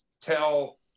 tell